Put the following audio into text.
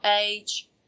age